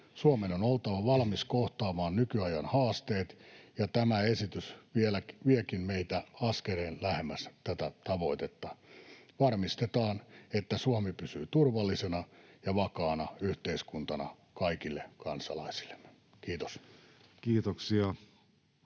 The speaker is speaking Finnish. Suomen on oltava valmis kohtaamaan nykyajan haasteet, ja tämä esitys viekin meitä askeleen lähemmäs tätä tavoitetta: varmistetaan, että Suomi pysyy turvallisena ja vakaana yhteiskuntana kaikille kansalaisille. — Kiitos. Kiitoksia.